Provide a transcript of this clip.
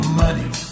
money